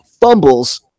fumbles